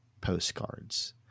postcards